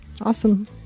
Awesome